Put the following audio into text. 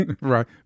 right